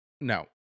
no